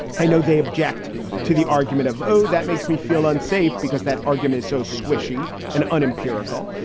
i know they object to the argument of, oh, that makes me feel unsafe because that argument is so squishy and unem puracal.